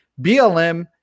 BLM